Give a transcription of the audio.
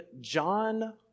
John